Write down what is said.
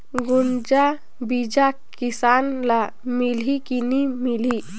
गुनजा बिजा किसान ल मिलही की नी मिलही?